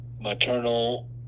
maternal